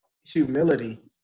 humility